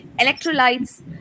electrolytes